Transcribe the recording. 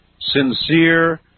sincere